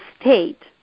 state